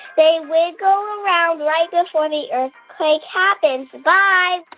they wiggle around right before the earthquake happens. bye